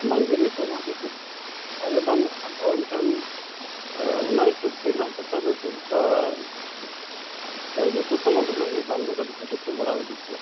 ᱵᱟᱝᱜᱮ ᱡᱚᱛᱚᱱᱟᱜ ᱜᱮ ᱡᱚᱛᱚ ᱡᱚᱛᱚᱜᱮ ᱫᱟᱢᱚᱜ ᱠᱟᱱ ᱫᱚ ᱮᱱᱠᱷᱟᱱ ᱚᱱᱟ ᱦᱤᱥᱟᱹᱵᱽᱛᱮ ᱱᱟᱦᱟᱜ ᱠᱟᱛᱷᱟ ᱫᱚ ᱪᱮᱫ ᱞᱮᱠᱟ ᱡᱚᱛᱚ ᱥᱟᱢᱟᱱ ᱨᱮᱱᱟᱜ ᱜᱮ ᱫᱟᱢ ᱫᱚ ᱠᱟᱹᱴᱤᱡ ᱠᱟᱹᱴᱤᱡᱛᱮ ᱵᱟᱲᱦᱟᱣ ᱤᱫᱤᱜ ᱜᱮᱭᱟ